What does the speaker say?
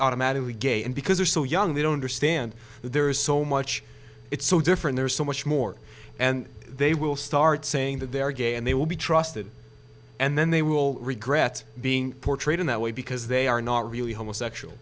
automatically gay and because they're so young they don't understand that there is so much it's so different there's so much more and they will start saying that they are gay and they will be trusted and then they will regret being portrayed in that way because they are not really homosexual